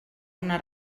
una